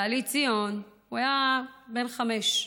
בעלי, ציון, היה בן חמש.